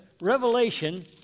Revelation